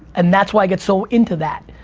and that's why i get so into that,